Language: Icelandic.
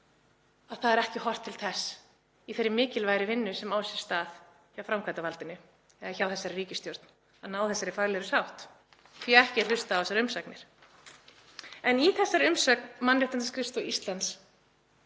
að það er ekki horft til þess í þeirri mikilvægu vinnu sem á sér stað hjá framkvæmdavaldinu, eða hjá þessari ríkisstjórn, að ná þessari faglegu sátt, því að ekki er hlustað á þessar umsagnir. Í þessari umsögn Mannréttindaskrifstofu Íslands